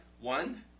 One